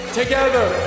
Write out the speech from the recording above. together